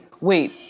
Wait